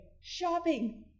shopping